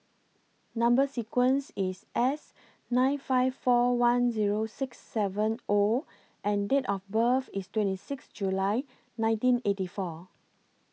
Number sequence IS S nine five four one Zero six seven O and Date of birth IS twenty six July nineteen eighty four